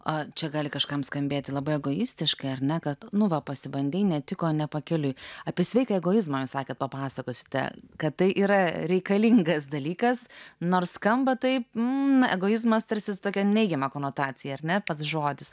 o čia gali kažkam skambėti labai egoistiškai ar ne kad nu va pasibandyti netiko ne pakeliui apie sveiką egoizmą sakant papasakosite kad tai yra reikalingas dalykas nors skamba taip egoizmas tarsi tokią neigiamą konotaciją ar ne pats žodis